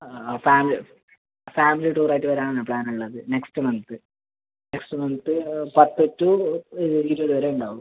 ആ family family tour ആയിട്ട് വരാനാണ് പ്ലാനുള്ളത് നെക്സ്റ്റ് മന്ത് നെക്സ്റ്റ് മന്ത് പത്ത് ടു ഇരുപത് വരെ ഉണ്ടാവും